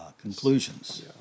conclusions